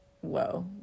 whoa